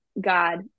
God